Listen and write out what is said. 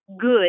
good